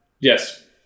Yes